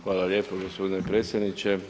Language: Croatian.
Hvala lijepo gospodine predsjedniče.